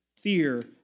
fear